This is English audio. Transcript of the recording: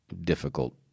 difficult